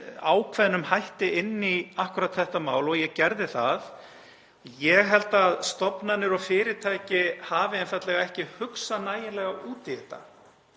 ákveðnum hætti inn í akkúrat þetta mál og ég gerði það. Ég held að stofnanir og fyrirtæki hafi einfaldlega ekki hugsað nægilega út í þetta.